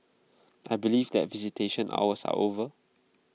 I believe that visitation hours are over